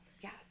yes